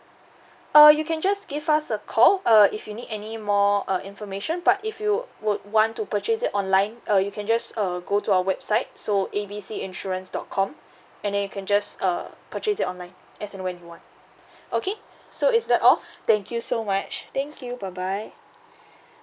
err you can just give us a call err if you need anymore err information but if you would want to purchase it online err you can just err go to our website so A B C insurance dot com and then you can just err purchase it online as and when you want okay so is that all thank you so much thank you bye bye